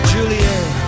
Juliet